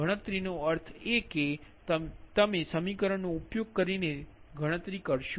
અને ગણતરીનો અર્થ એ કે તે સમીકરણનો ઉપયોગ કરીને તમારે ગણતરી કરવી પડશે